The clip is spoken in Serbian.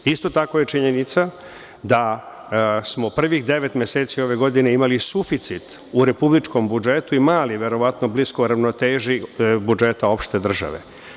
Isto tako je činjenica da smo prvih devet meseci ove godine imali suficit u republičkom budžetu i mali, verovatno blisko ravnoteži budžeta opšte države.